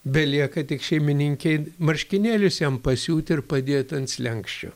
belieka tik šeimininkei marškinėlius jam pasiūt ir padėt ant slenksčio